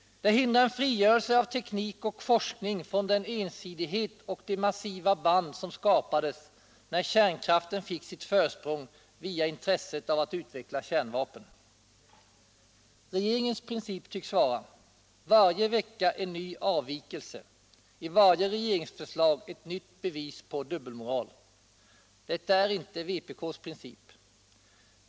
Det hindrar en frigörelse av teknik och forskning från den ensidighet och de massiva band som skapades, när kärnkraften fick sitt försprång via intresset att utveckla kärnvapen. Regeringens princip tycks vara: Varje vecka en ny avvikelse, i varje regeringsförslag ett nytt bevis på dubbelmoral. Detta är inte vpk:s princip.